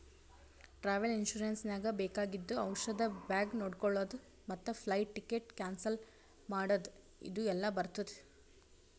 travel insurance ನಾಗ್ ಬೇಕಾಗಿದ್ದು ಔಷಧ ಬ್ಯಾಗ್ ನೊಡ್ಕೊಳದ್ ಮತ್ ಫ್ಲೈಟ್ ಟಿಕೆಟ್ ಕ್ಯಾನ್ಸಲ್ ಮಾಡದ್ ಇದು ಎಲ್ಲಾ ಬರ್ತುದ